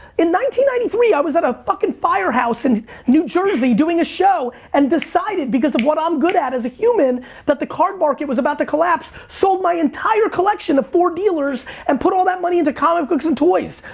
ninety ninety three, i was at a fucking firehouse in new jersey doing a show and decided because of what i'm good at as a human that the card market was about to collapse, sold my entire collection of four dealers and put all that money into comic books and toys.